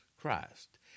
Christ